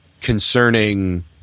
concerning